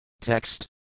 Text